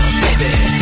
baby